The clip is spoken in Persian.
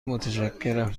متشکرم